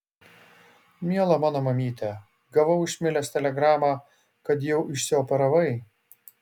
miela mano mamyte gavau iš milės telegramą kad jau išsioperavai